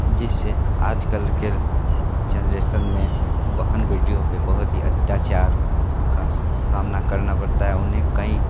जिसे आजकल के जेनरेशन में बहन बेटियों पर बहुत ही अत्याचार का सामना करना पड़ता है उन्हें कई